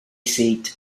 seat